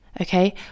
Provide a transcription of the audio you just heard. okay